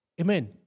Amen